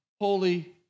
holy